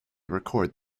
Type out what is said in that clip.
record